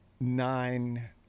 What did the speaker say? nine